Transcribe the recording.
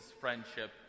friendship